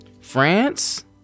France